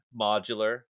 modular